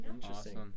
Interesting